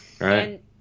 right